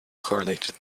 correlated